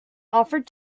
offered